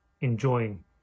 enjoying